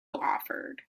offered